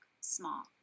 small